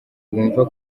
bumva